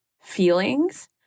feelings